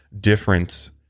different